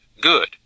good